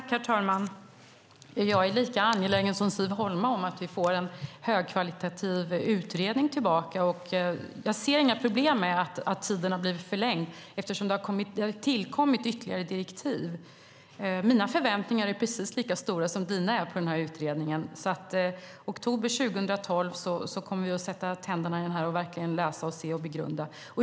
Herr talman! Jag är lika angelägen som Siv Holma om att vi får en högkvalitativ utredning tillbaka. Jag ser inga problem med att tiden har blivit förlängd, eftersom det har tillkommit ytterligare direktiv. Mina förväntningar på utredningen är precis lika stora som dina. I oktober 2012 kommer vi att sätta tänderna i den och verkligen läsa, se och begrunda.